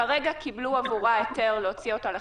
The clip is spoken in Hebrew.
כרגע קיבלו עבורה היתר להוציא אותה לחל"ת,